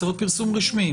צריך להיות פרסום רשמי,